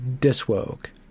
dis-woke